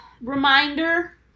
reminder